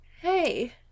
Hey